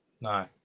no